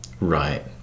Right